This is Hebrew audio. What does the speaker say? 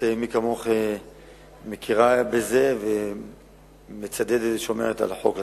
מי כמוך מכירה בזה ומצדדת ושומרת על החוק הזה.